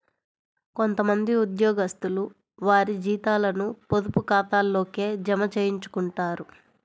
కొంత మంది ఉద్యోగస్తులు వారి జీతాలను పొదుపు ఖాతాల్లోకే జమ చేయించుకుంటారు